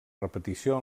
repetició